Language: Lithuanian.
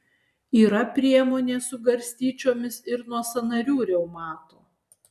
yra priemonė su garstyčiomis ir nuo sąnarių reumato